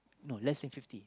no less than fifty